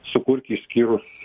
sukurti išskyrus